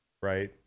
right